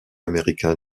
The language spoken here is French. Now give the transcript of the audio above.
américain